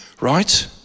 right